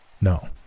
No